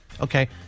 Okay